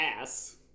ass